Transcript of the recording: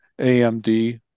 AMD